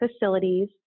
facilities